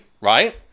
right